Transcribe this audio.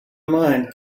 mind